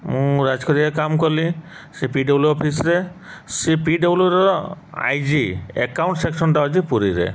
ମୁଁ କାମ କଲି ସେ ପି ଡବ୍ଲୁ ଅଫିସରେ ସେ ପିଡବ୍ଲୁର ଆଇଜି ଆକାଉଣ୍ଟ ସେକ୍ସନ୍ଟା ଅଛିି ପୁରୀରେ